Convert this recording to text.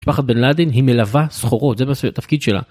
פחד בנלדין היא מלווה סחורות זה מסוים תפקיד שלה.